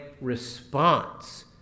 response